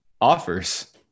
offers